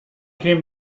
came